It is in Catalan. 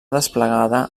desplegada